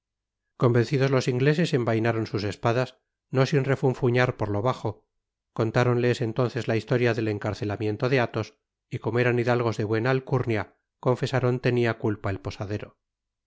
convencidos los ingleses envainaron sus espadas no sin refunfuñar por lo bajo contáronles entonces la historia del encarcelamiento de athos y como eran hidalgos de buena alcurnia confesaron tenia culpa el posadero